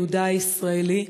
יהודה הישראלי,